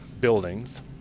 buildings